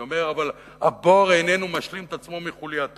אבל אני אומר שהבור איננו משלים את עצמו מחולייתו.